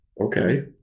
Okay